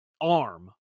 arm